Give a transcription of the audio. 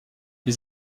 les